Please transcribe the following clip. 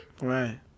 Right